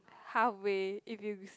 how we if you